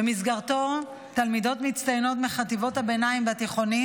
שבמסגרתו תלמידות מצטיינות מחטיבות הביניים והתיכונים